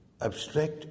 abstract